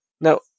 Now